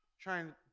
Trying